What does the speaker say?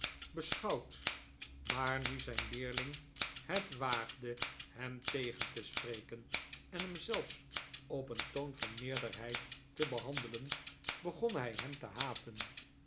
beschouwd maar nu zijn leerling het waagde hem tegen te spreken en hem zelfs op een toon van meerderheid te behandelen begon hij hem te haten